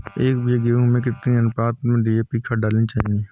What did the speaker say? एक बीघे गेहूँ में कितनी अनुपात में डी.ए.पी खाद डालनी चाहिए?